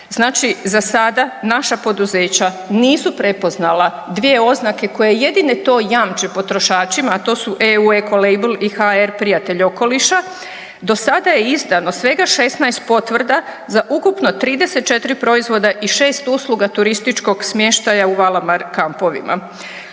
Znači za sada naša poduzeća nisu prepoznala dvije oznake koje jedine to jamče potrošačima, a to su EU Ecolabel i HR Prijatelj okoliša, do sada je izdano svega 16 potvrda za ukupno 34 proizvoda i 6 usluga turističkog smještaja u Valamar kampovima.